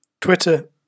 Twitter